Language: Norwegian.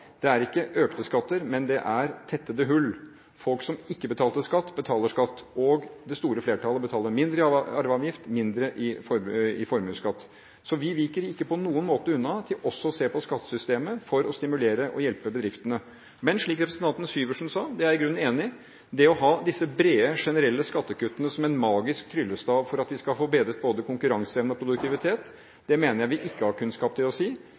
Det er ikke økte skatter, men det er tettede hull. Folk som ikke betalte skatt, betaler skatt. Det store flertallet betaler mindre i arveavgift og mindre i formuesskatt. Vi viker ikke på noen måte unna for også å se på skattesystemet for å stimulere og hjelpe bedriftene. Men jeg er i grunnen enig i det representanten Syversen sa, at disse brede, generelle skattekuttene, som en magisk tryllestav, for at vi skal få bedret både konkurranseevne og produktivitet, mener jeg at vi ikke har kunnskap til å si